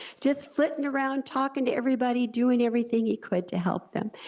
just flitting around, talking to everybody, doing everything he could to help them.